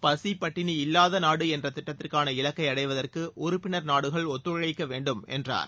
பசி பட்டினி இல்லாத நாடு என்ற திட்டத்திற்கான இலக்கை அடைவதற்கு உறுப்பினர் நாடுகள் ஒத்துழைக்க வேண்டும் என்றார்